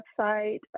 website